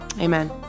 amen